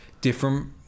different